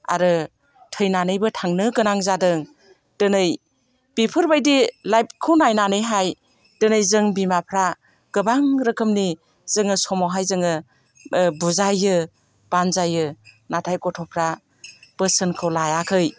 आरो थैनानैबो थांनो गोनां जादों दिनै बिफोरबायदि लाइफखौ नायनानैहाय दिनै जों बिमाफ्रा गोबां रोखोमनि जोङो समावहाय जोङो बुजाइयो बानजायो नाथाय गथ'फ्रा बोसोनखौ लायाखै